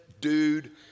dude